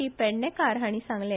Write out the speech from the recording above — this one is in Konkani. टी पेडणेकार हांणी सांगले